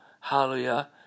hallelujah